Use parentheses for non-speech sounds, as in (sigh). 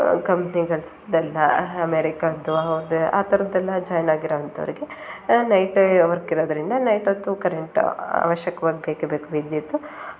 ಕಂಪ್ನಿಗಳು (unintelligible) ಅಮೇರಿಕದ್ದು ಆ ಥರದ್ದೆಲ್ಲ ಜಾಯ್ನ್ ಆಗಿರೋ ಅಂಥವರಿಗೆ ನೈಟೇ ವರ್ಕ್ ಇರೋದರಿಂದ ನೈಟ್ ಹೊತ್ತು ಕರೆಂಟು ಆವಶ್ಯಕ್ವಾಗಿ ಬೇಕೇ ಬೇಕು ವಿದ್ಯುತ್ತು